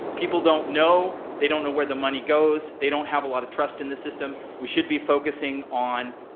people don't know. they don't know where the money goes. they don't have a lot of trust in the system. we should be focusing on